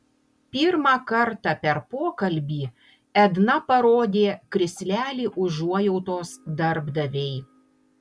pirmą kartą per pokalbį edna parodė krislelį užuojautos darbdavei